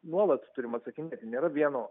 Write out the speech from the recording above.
nuolat turim atsakinėti nėra vieno